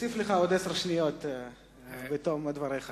נוסיף לך עוד עשר שניות בתום דבריך.